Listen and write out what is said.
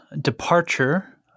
Departure